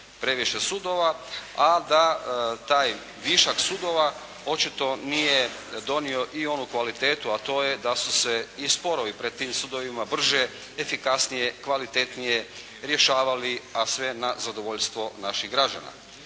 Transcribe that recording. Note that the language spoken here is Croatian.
previše sudova a da taj višak sudova očito nije donio i onu kvalitetu a to je da su se i sporovi pred tim sudovima brže, efikasnije, kvalitetnije rješavali a sve na zadovoljstvo naših građana.